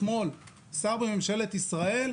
שר בממשלת ישראל,